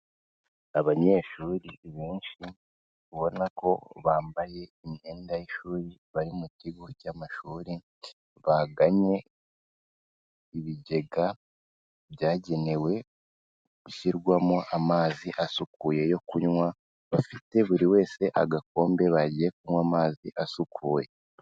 Abanyeshuri benshi ubona ko bambaye imyenda y'ishuri, bari mu kigo cy'amashuri baganye ibigega byagenewe gushyirwamo amazi asukuye yo kunywa, bafite buri wese agakombe, bagiye kunywa amazi asukuye.